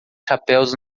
chapéus